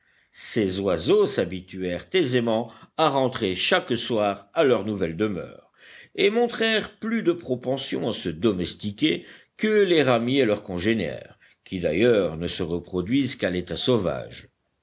ces oiseaux s'habituèrent aisément à rentrer chaque soir à leur nouvelle demeure et montrèrent plus de propension à se domestiquer que les ramiers leurs congénères qui d'ailleurs ne se reproduisent qu'à l'état sauvage